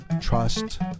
trust